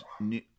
New